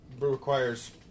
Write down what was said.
requires